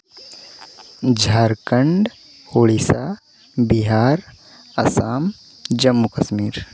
Jharkhand Odisha Bihar Assam Jammu Kashmir